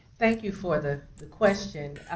thank you for the the question.